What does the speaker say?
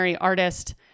artist